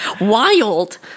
Wild